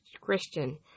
Christian